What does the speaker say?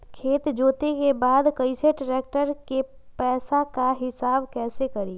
खेत जोते के बाद कैसे ट्रैक्टर के पैसा का हिसाब कैसे करें?